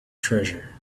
treasure